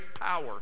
power